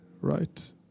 right